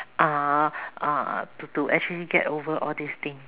uh uh to to actually get over all these thing